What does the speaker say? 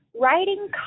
writing